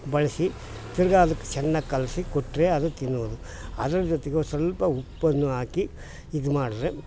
ಬಳಸಿ ತಿರ್ಗಿ ಅದಕ್ಕೆ ಸಣ್ಣಕೆ ಕಲಸಿ ಕೊಟ್ಟರೆ ಅದು ತಿನ್ನುವುದು ಅದ್ರ ಜೊತೆಗೊ ಸ್ವಲ್ಪ ಉಪ್ಪನ್ನು ಹಾಕಿ ಇದು ಮಾಡ್ರೆ